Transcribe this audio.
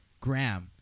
Graham—